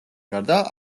გარდა